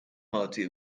party